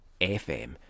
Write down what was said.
FM